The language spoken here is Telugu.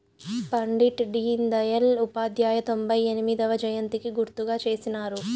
పండిట్ డీన్ దయల్ ఉపాధ్యాయ తొంభై ఎనిమొదవ జయంతికి గుర్తుగా చేసినారు